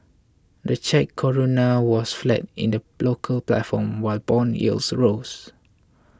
the Czech Koruna was flat in the local platform while bond yields rose